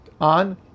on